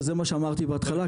וזה מה שאמרתי בהתחלה,